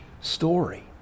story